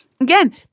again